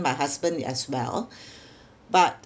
my husband as well but